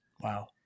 Wow